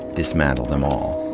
dismantle them all.